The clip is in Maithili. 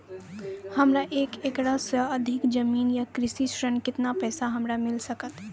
हमरा एक एकरऽ सऽ अधिक जमीन या कृषि ऋण केतना पैसा हमरा मिल सकत?